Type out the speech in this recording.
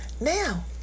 Now